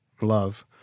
love